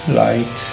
light